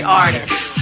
artists